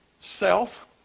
Self